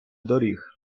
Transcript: доріг